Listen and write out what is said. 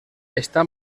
està